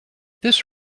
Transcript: this